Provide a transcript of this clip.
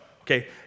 okay